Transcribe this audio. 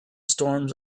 storms